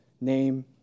name